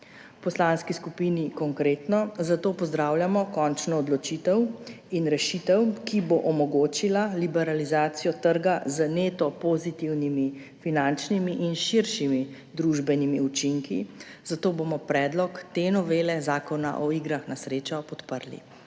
Poslanski skupini Konkretno zato pozdravljamo končno odločitev in rešitev, ki bo omogočila liberalizacijo trga z neto pozitivnimi finančnimi in širšimi družbenimi učinki, zato bomo predlog te novele Zakona o igrah na srečo podprli.